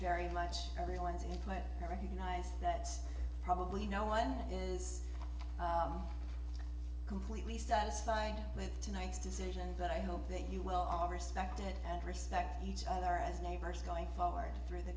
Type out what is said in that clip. very much everyone's input i recognize that probably no one is completely satisfied with tonight's decision but i hope that you will all respect it and respect each other as neighbors going forward through the